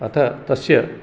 अत तस्य